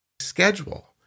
schedule